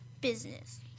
business